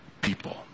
people